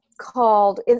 called